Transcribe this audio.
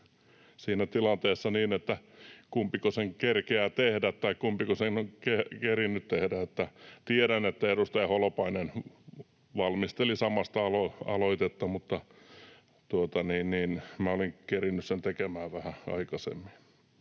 siinä tilanteessa olikin vähän niin, että kumpiko sen kerkeää tehdä. Tiedän, että edustaja Holopainen valmisteli samasta asiasta aloitetta, mutta minä olin kerinnyt sen tekemään vähän aikaisemmin.